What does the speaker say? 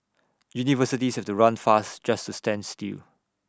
universities have to run fast just to stand still